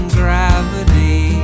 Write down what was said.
gravity